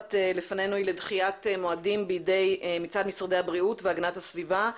שמונחת לפנינו היא לדחיית מועדים מצד משרדי הבריאות והגנת הסביבה,